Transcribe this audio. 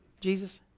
Jesus